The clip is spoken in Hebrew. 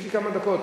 יש לי כמה דקות.